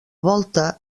volta